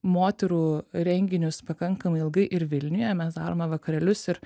moterų renginius pakankamai ilgai ir vilniuje mes darome vakarėlius ir